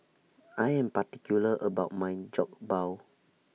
I Am particular about My Jokbal